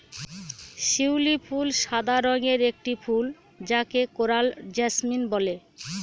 শিউলি ফুল সাদা রঙের একটি ফুল যাকে কোরাল জাসমিন বলে